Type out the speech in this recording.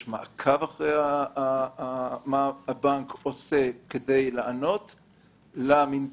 יש מעקב אחרי מה שהבנק עושה כדי לענות לממצאים.